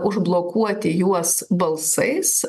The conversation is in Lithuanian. užblokuoti juos balsais